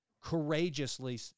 courageously